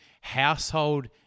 Household